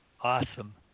awesome